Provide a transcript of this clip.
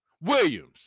Williams